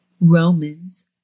Romans